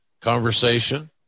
conversation